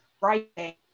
writing